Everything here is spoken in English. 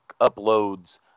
uploads